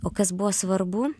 o kas buvo svarbu